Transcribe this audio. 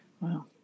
Wow